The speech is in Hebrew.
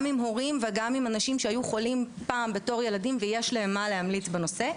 גם עם הורים וגם עם כאלה שהיו חולים כילדים ויש להם מה להמליץ בנושא.